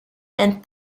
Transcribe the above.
and